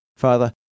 Father